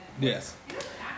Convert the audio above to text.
Yes